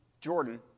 Jordan